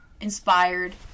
inspired